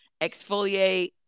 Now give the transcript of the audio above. exfoliate